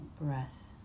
breath